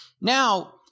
Now